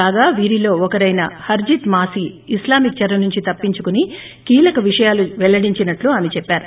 కాగా వీరిలో ఒకరైన హర్షిత్ మాసీ ఇస్లామిక్ చెర నుంచి తప్సించుకుని కీలక విషయాలు వెల్లడించేనట్లు ఆమె చెప్పారు